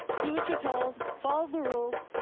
do what you're told, follow the rules,